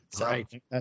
right